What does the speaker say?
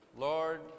Lord